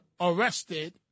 arrested